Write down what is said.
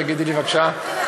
תגידי לי, בבקשה.